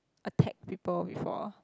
attack people before